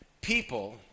people